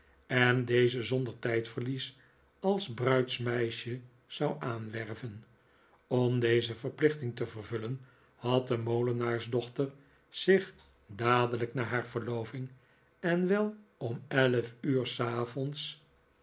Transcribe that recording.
en deze zonder tijdverlies als bruidsmeisje zou aanwerven om deze verplichting te vervullen had de molenaarsdochter zich dadelijk na haar verloving en wel om elf uur s avonds